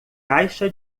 caixa